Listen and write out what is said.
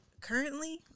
Currently